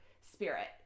spirit